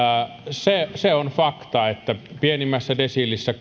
se se on fakta että pienimmässä desiilissä